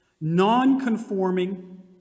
non-conforming